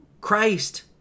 Christ